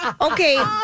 Okay